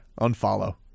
Unfollow